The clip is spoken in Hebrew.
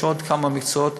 שיש עוד כמה מקצועות.